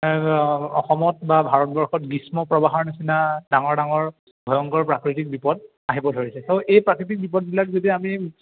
অসমত বা ভাৰতবৰ্ষত গ্ৰীষ্ম প্ৰবাহৰ নিচিনা ডাঙৰ ডাঙৰ ভয়ংকৰ প্ৰাকৃতিক বিপদ আহিব ধৰিছে চ' এই প্ৰাকৃতিক বিপদবিলাক যদি আমি